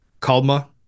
Kalma